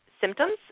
symptoms